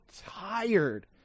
tired